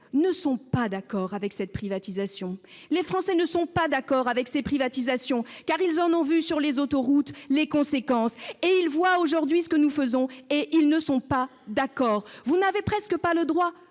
ne sont pas d'accord avec cette privatisation. Les Français ne sont pas d'accord avec ces privatisations, car ils en ont vu, s'agissant des autoroutes, les conséquences. Ils voient aujourd'hui ce que nous faisons, et ils ne sont pas d'accord. Vous n'avez pas le droit